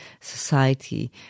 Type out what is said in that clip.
society